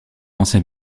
ancien